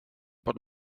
bod